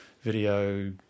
video